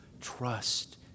Trust